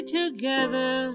together